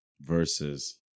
versus